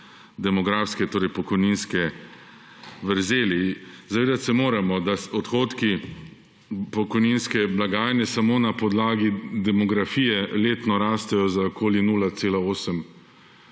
demografske torej pokojninske vrzeli. Zavedati se moramo, da odhodki pokojninske blagajne samo na podlagi demografije letno rastejo za okoli 0,8